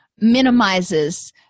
minimizes